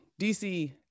DC